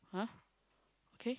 !huh! okay